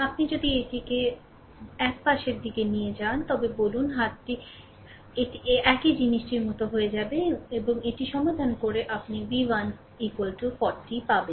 আপনি যদি এটিকে 1 পাশের কাছে নিয়ে যান তবে বলুন হাতটি এটি একই জিনিসটির মতো হয়ে যাবে এবং এটি সমাধান করে আপনি v1 40 ভোল্ট পাবেন